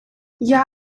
yeah